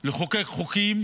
לחוקק חוקים